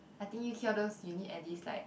I think U_K all those you need at least like